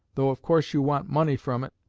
though of course you want money from it,